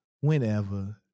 whenever